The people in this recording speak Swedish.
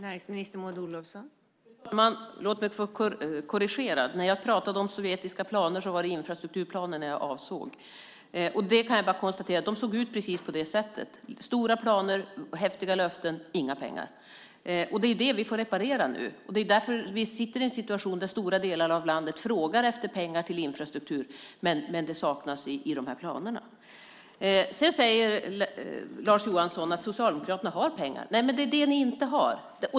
Fru talman! Låt mig först korrigera. När jag talade om sovjetiska planer var det infrastrukturplanerna jag avsåg. Jag kan konstatera att de såg ut på precis det sättet. Det var stora planer, häftiga löften och inga pengar. Det är vad vi nu får reparera. Det är därför vi sitter i en situation där stora delar av landet frågar efter pengar till infrastruktur men det saknas i planerna. Lars Johansson säger att Socialdemokraterna har pengar. Det är vad ni inte har.